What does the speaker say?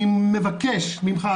אני מבקש ממך,